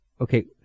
okay